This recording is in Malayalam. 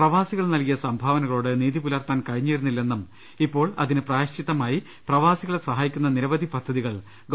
പ്രവാസികൾ നൽകിയ സംഭാവനകളോട് നീതിപുലർത്താൻ കഴിഞ്ഞിരുന്നില്ലെന്നും ഇപ്പോൾ അതിന് പ്രായശ്ചിത്തമായി പ്രവാസികളെ സഹായിക്കുന്ന നിരവധ്പി പദ്ധതികൾ ഗവ